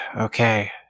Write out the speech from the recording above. Okay